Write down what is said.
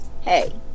hey